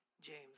James